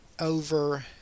over